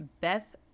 Beth